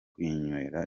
kwinywera